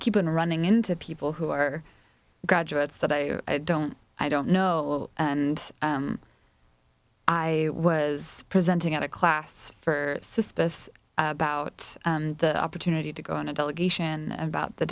been running into people who are graduates that i don't i don't know and i was presenting at a class for suspicious about the opportunity to go on a delegation about the